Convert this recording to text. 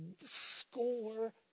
score